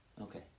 Okay